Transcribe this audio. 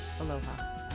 Aloha